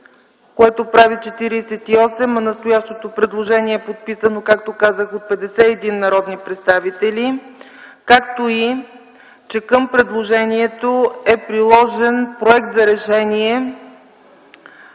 което прави 48, а настоящото предложение е подписано, както казах, от 51 народни представители, както и че към предложението е приложен проект за решение,